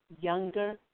younger